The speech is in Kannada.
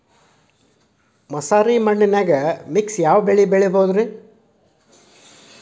ಮಸಾರಿ ಮಣ್ಣನ್ಯಾಗ ಮಿಕ್ಸ್ ಯಾವ ಬೆಳಿ ಬೆಳಿಬೊದ್ರೇ?